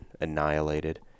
annihilated